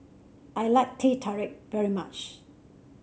I like Teh Tarik very much